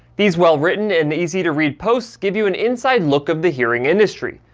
these well written and easy to read posts give you an inside look of the hearing industry.